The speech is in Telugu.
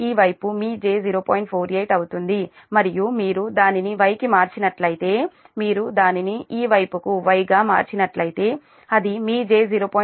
48 అవుతుంది మరియు మీరు దానిని Y కి మార్చినట్లయితే మీరు దానిని ఈ వైపుకు Y గా మార్చినట్లయితే అది మీ j0